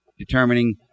Determining